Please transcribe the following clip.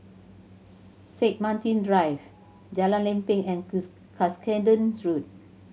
Saint Martin Drive Jalan Lempeng and Cuscaden Road